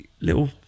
little